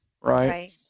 right